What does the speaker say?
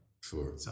Sure